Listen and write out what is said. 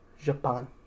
Japan